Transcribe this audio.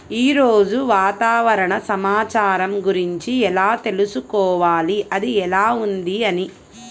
ఈరోజు వాతావరణ సమాచారం గురించి ఎలా తెలుసుకోవాలి అది ఎలా ఉంది అని?